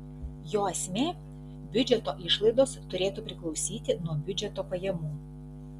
jo esmė biudžeto išlaidos turėtų priklausyti nuo biudžeto pajamų